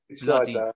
bloody